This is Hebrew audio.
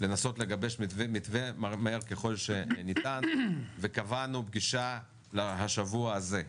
לנסות לגבש מתווה מהר ככל שניתן וקבענו פגישה לשבוע הזה.